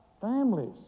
families